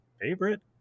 favorite